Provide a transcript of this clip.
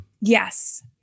Yes